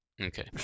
Okay